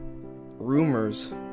rumors